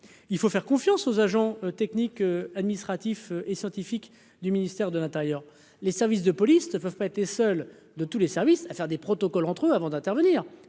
il faut faire confiance aux agents. Technique, administratif et scientifique du ministère de l'Intérieur, les services de police ne peuvent pas été seul. De tous les services à faire des protocoles entre avant d'intervenir,